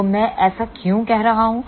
तो मैं ऐसा क्यों कह रहा हूं